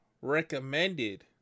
recommended